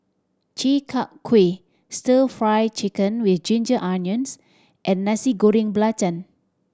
Chi Kak Kuih Stir Fry Chicken with ginger onions and Nasi Goreng Belacan